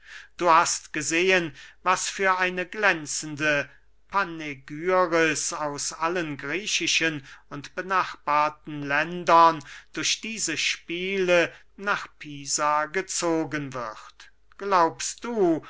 du hast gesehen was für eine glänzende panegyris aus allen griechischen und benachbarten ländern durch diese spiele nach pisa gezogen wird glaubst du